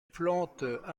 plantent